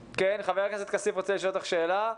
חבר הכנסת כסיף רוצה לשאול אותך שאלה,